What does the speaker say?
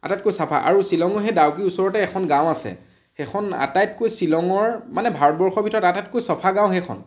আটাইতকৈ চাফা আৰু শ্বিলঙৰ সেই ডাউকিৰ ওচৰতে এখন গাঁও আছে সেইখন আটাইতকৈ শ্বিলঙৰ মানে ভাৰতবৰ্ষৰ ভিতৰত আটাইতকৈ চফা গাঁও সেইখন